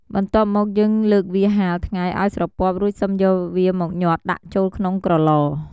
បន្ទាប់មកយេីងលើកវាហាលថ្ងៃឱ្យស្រពាប់រួចសឹមយកវាមកញាត់ដាក់ចូលក្នុងក្រឡ។